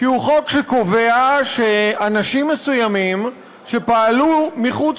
כי הוא חוק שקובע שאנשים מסוימים שפעלו מחוץ